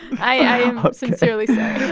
i am sincerely sorry